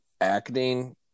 acting